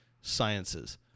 sciences